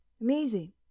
amazing